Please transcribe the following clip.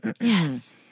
Yes